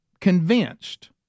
convinced